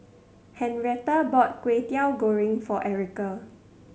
Henretta bought Kway Teow Goreng for Erica